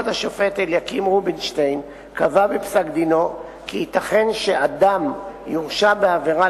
כבוד השופט אליקים רובינשטיין קבע בפסק-דינו כי ייתכן שאדם יורשע בעבירה